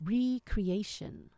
recreation